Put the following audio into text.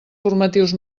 formatius